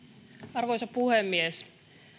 arvoisa puhemies